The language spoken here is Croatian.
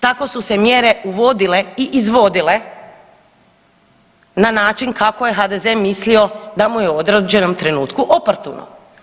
Tako su se mjere uvodila i izvodile na način kako je HDZ mislio da mu je u određenom trenutku oportuno.